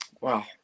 Wow